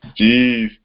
Jeez